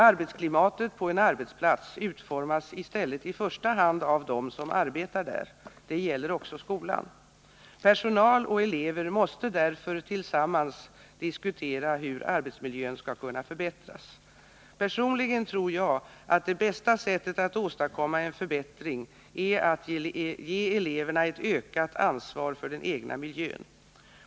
Arbetsklimatet på en arbetsplats utformas i stället i första hand av dem som arbetar där. Detta gäller också skolan. Personal och elever måste därför tillsammans diskutera hur arbetsmiljön skall kunna förbättras. Personligen tror jag att det bästa sättet att åstadkomma en förbättring är att ge eleverna ett ökat ansvar för den egna miljön.